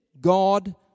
God